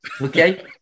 okay